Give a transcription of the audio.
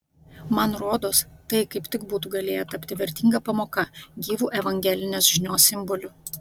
man rodos tai kaip tik būtų galėję tapti vertinga pamoka gyvu evangelinės žinios simboliu